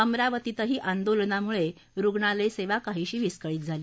अमरावतीतही आंदोलनामुळे रुग्णालय सेवा काहीशी विस्कळीत झाली